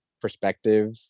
perspective